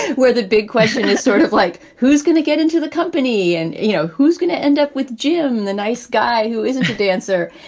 where the big question is sort of like who's going to get into the company? and, you know, who's going to end up with jim, the nice guy who isn't a dancer.